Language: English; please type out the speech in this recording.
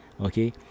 okay